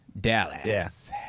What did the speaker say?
Dallas